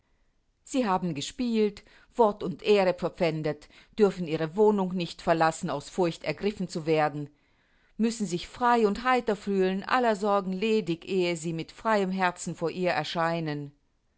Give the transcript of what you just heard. sie haben gespielt wort und ehre verpfändet dürfen ihre wohnung nicht verlassen aus furcht ergriffen zu werden müßen sich frei und heiter fühlen aller sorgen ledig ehe sie mit freiem herzen vor ihr erscheinen